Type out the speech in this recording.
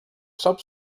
sub